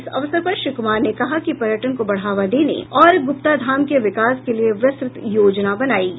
इस अवसर पर श्री कुमार ने कहा कि पर्यटन को बढ़ावा देने और गुप्ता धाम के विकास के लिए विस्तृत योजना बनाएगी